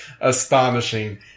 astonishing